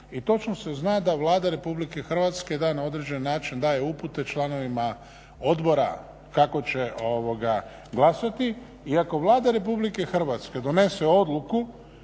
i točno se zna da Vlada Republike Hrvatske na određen način daje upute članovima odbora kako će glasati i ako Vlada Republike Hrvatske donese odluku